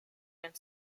and